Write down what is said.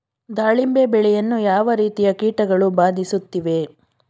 ದಾಳಿಂಬೆ ಬೆಳೆಯನ್ನು ಯಾವ ರೀತಿಯ ಕೀಟಗಳು ಬಾಧಿಸುತ್ತಿವೆ?